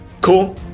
Cool